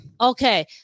Okay